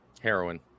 Heroin